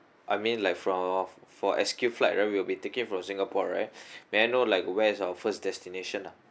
I mean like for for S_Q flight right we'll be taking from singapore right may I know like where's our first destination lah